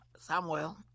Samuel